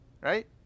right